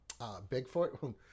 Bigfoot